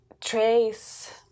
trace